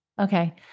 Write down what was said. Okay